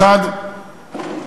מחד,